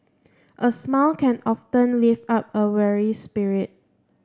a smile can often lift up a weary spirit